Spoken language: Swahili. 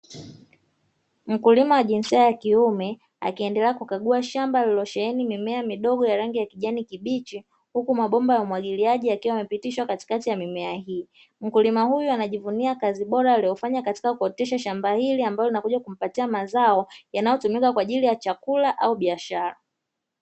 Mkulima wa jinsia ya kiume, akiendelea kukagua shamba lililosheheni mimea midogo ya rangi ya kijani kibichi; huku mabomba ya umwagiliaji yakiwa yamepitishwa katikati ya mimea hii. Mkulima huyu anajivunia kazi bora aliyofanya katika kuotesha shamba hili, ambalo linakuja kumpatia mazao yanayotumika kwa ajili ya chakula au biashara.